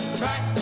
track